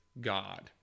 God